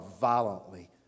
violently